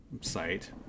site